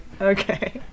okay